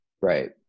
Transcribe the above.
Right